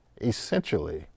essentially